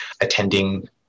attending